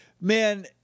Man